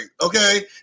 okay